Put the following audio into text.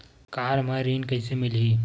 Car म ऋण कइसे मिलही?